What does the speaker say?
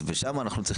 ושם אנחנו צריכים